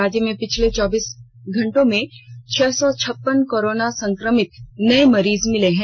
राज्य में पिछले चौबीस घंटे में छह सौ छप्पन कोरोना संक्रमित नये मरीज मिले हैं